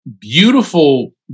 beautiful